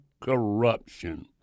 corruption